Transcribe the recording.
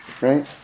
right